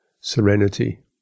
serenity